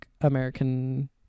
American